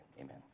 amen